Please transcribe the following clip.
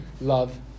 love